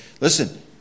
listen